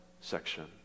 section